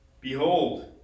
behold